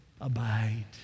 abide